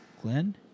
Glenn